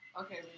Okay